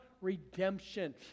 redemption